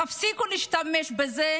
תפסיקו להשתמש בזה